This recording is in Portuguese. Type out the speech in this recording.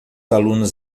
alunos